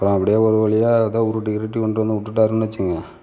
அப்புறம் அப்படியே ஒரு வழியாக ஏதோ உருட்டிகிருட்டி கொண்டு வந்து விட்டுட்டாருன்னு வச்சிங்க